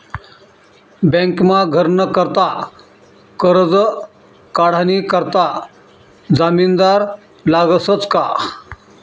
बँकमा घरनं करता करजं काढानी करता जामिनदार लागसच का